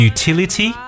Utility